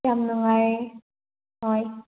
ꯌꯥꯝ ꯅꯨꯡꯉꯥꯏꯌꯦ ꯍꯣꯏ